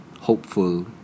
Hopeful